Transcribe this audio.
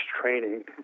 training